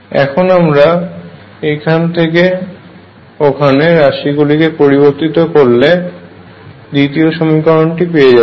এখন আমরা এখান থেকে ওখানে রাশি গুলিকে পরিবর্তীত করলে দ্বিতীয় সমীকরণটি পেয়ে যাব